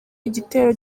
igitero